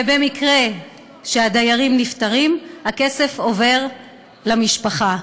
ובמקרה שהדיירים נפטרים הכסף עובר למשפחה.